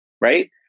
right